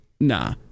nah